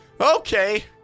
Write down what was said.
Okay